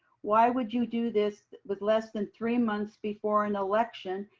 why would you do this with less than three months before an election,